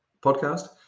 podcast